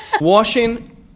Washing